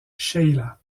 sheila